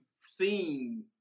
seen